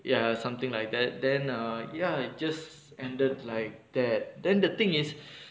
ya something like that then uh ya just ended like that then the thing is